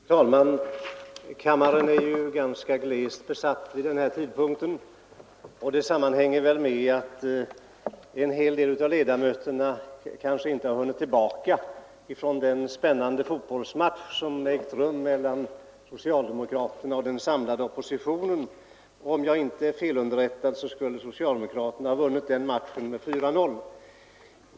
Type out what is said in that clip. Fru talman! Kammaren är ganska glest besatt vid den här tidpunkten — det sammanhänger väl med att en hel del av ledamöterna kanske inte har hunnit tillbaka från den spännande fotbollsmatch som ägt rum mellan socialdemokraterna och den samlade oppositionen. Om jag inte är fel underrättad har socialdemokraterna vunnit den matchen med 4—0.